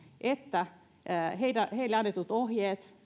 että heille annetut ohjeet